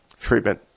treatment